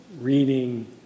reading